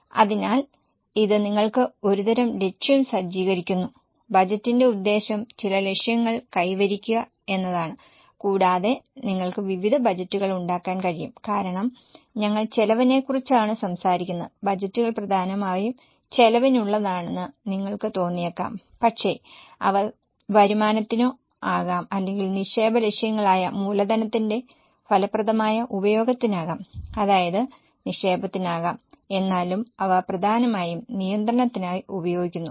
അതിനാൽ ഇത് നിങ്ങൾക്ക് ഒരുതരം ലക്ഷ്യം സജ്ജീകരിക്കുന്നു ബജറ്റിന്റെ ഉദ്ദേശ്യം ചില ലക്ഷ്യങ്ങൾ കൈവരിക്കുക എന്നതാണ് കൂടാതെ നിങ്ങൾക്ക് വിവിധ ബജറ്റുകൾ ഉണ്ടാക്കാൻ കഴിയും കാരണം ഞങ്ങൾ ചെലവിനെക്കുറിച്ചാണ് സംസാരിക്കുന്നത് ബജറ്റുകൾ പ്രധാനമായും ചിലവിനുള്ളതാണെന്ന് നിങ്ങൾക്ക് തോന്നിയേക്കാം പക്ഷേ അവ വരുമാനത്തിനോ ആകാം അല്ലെങ്കിൽ നിക്ഷേപ ലക്ഷ്യങ്ങളായ മൂലധനത്തിന്റെ ഫലപ്രദമായ ഉപയോഗത്തിനാകാം അതായത് നിക്ഷേപത്തിനാകാം എന്നാലും അവ പ്രധാനമായും നിയന്ത്രണത്തിനായി ഉപയോഗിക്കുന്നു